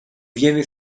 viene